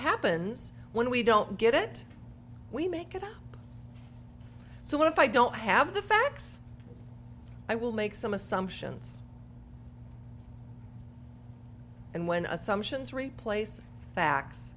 happens when we don't get it we make it so what if i don't have the facts i will make some assumptions and when assumptions replace facts